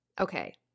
okay